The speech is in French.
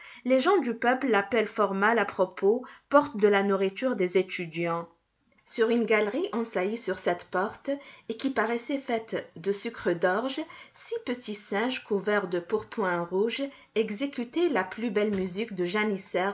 les gens du peuple l'appellent fort mal à propos porte de la nourriture des étudiants sur une galerie en saillie sur cette porte et qui paraissait faite de sucre d'orge six petits singes couverts de pourpoints rouges exécutaient la plus belle musique de